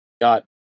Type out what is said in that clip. got